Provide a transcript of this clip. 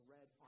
Red